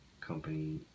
company